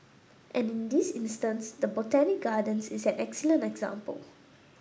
and in this instance the Botanic Gardens is an excellent example